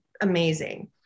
amazing